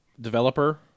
developer